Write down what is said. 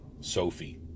Sophie